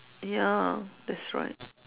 ya that's right